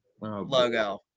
logo